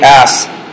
ask